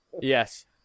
Yes